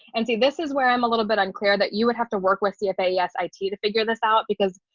and see this is where i'm a little bit unclear that you would have to work with the f eight yes, it to to figure this out, because